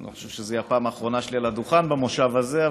אני לא חושב שזו תהיה הפעם האחרונה שלי על הדוכן במושב הזה,